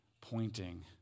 pointing